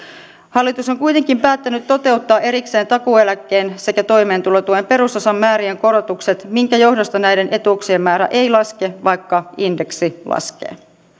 hallitus on kuitenkin päättänyt toteuttaa erikseen takuueläkkeen sekä toimeentulotuen perusosan määrien korotukset minkä johdosta näiden etuuksien määrä ei laske vaikka indeksi laskee